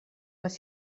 les